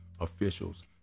officials